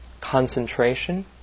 Concentration